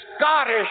Scottish